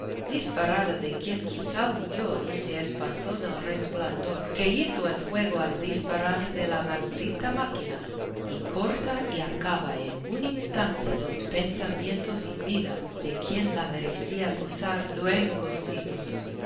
disparada de quien quizá huyó y se espantó del resplandor que hizo el fuego al disparar de la maldita máquina y corta y acaba en un instante los pensamientos y vida de quien la merecía gozar luengos siglos